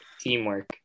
Teamwork